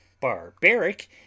Barbaric